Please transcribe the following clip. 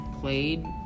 played